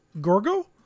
Gorgo